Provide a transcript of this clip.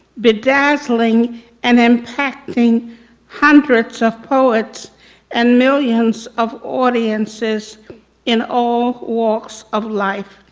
bedazzling and impacting hundreds of poets and millions of audiences in all walks of life.